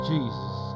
Jesus